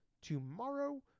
tomorrow